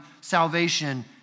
salvation